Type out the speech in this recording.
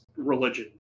religion